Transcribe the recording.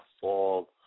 fall